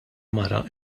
mara